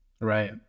Right